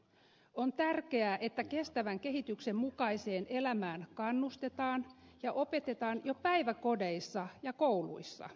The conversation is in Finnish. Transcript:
on tärkeää että kestävän kehityksen mukaiseen elämään kannustetaan ja opetetaan jo päiväkodeissa ja kouluissa